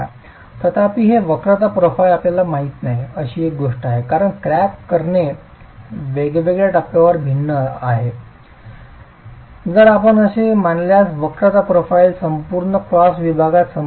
तथापि हे वक्रता प्रोफाइल आपल्याला माहित नाही अशी एक गोष्ट आहे कारण क्रॅक करणे वेगवेगळ्या टप्प्यांवर भिन्न आहे जर आपण असे मानल्यास वक्रता प्रोफाइल संपूर्ण क्रॉस विभागात संपूर्ण आहे